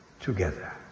together